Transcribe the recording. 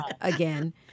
again